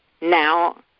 Now